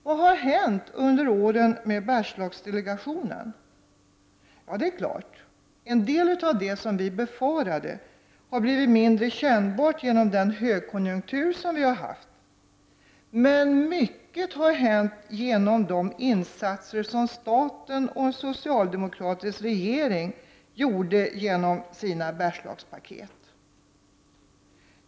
Vad har hänt med Bergslagsdelegationen under åren? Det är klart att en del av det som vi befarade har blivit mindre kännbart genom den högkonjunktur som vi har haft. Men mycket har hänt genom de insatser som staten och en socialdemokratisk regering gjorde genom Bergslagspaketen.